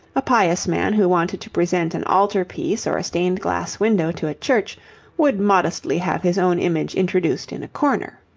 a pious man who wanted to present an altar-piece or a stained-glass window to a church would modestly have his own image introduced in a corner.